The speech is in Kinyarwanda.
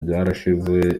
byarashize